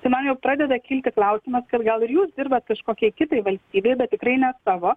tai man jau pradeda kilti klausimas kad gal ir jūs dirbat kažkokiai kitai valstybei bet tikrai ne savo